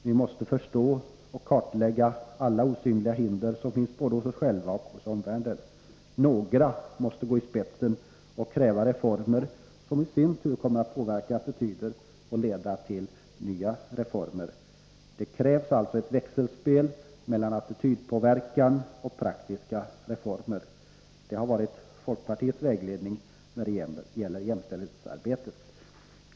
Vi måste förstå och kartlägga alla osynliga hinder som finns både hos oss själva och hos omvärlden. Några måste gå i spetsen och kräva reformer som i sin tur kommer att påverka attityderna och leda till nya reformer. Det krävs alltså ett växelspel mellan attitydpåverkan och praktiska reformer. Det har varit folkpartiets vägledning när det gäller jämställdhetsarbetet.